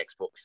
Xbox